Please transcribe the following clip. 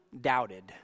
doubted